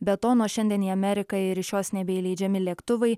be to nuo šiandien į ameriką ir iš jos nebeįleidžiami lėktuvai